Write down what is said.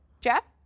Jeff